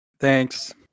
Thanks